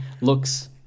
looks